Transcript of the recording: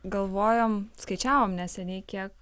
galvojom skaičiavom neseniai kiek